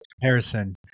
comparison